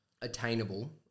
attainable